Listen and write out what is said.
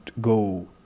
go